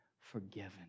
forgiven